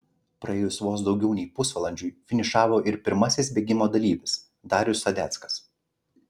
praėjus vos daugiau nei pusvalandžiui finišavo ir pirmasis bėgimo dalyvis darius sadeckas